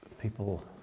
people